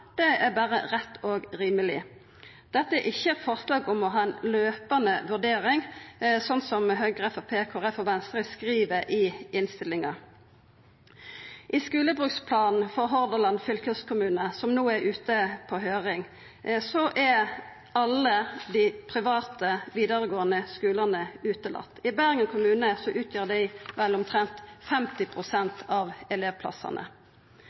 skulebruksplan, er berre rett og rimeleg. Dette er ikkje eit forslag om å ha ei «løpende vurdering», slik Høgre, Framstegspartiet, Kristeleg Folkeparti og Venstre skriv i innstillinga. I skulebruksplanen for Hordaland fylkeskommune, som no er ute på høyring, er alle dei private vidaregåande skulane utelatne. I Bergen kommune utgjer dei vel omtrent 50 pst. av elevplassane.